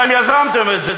אתם יזמתם את זה,